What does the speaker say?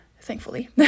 thankfully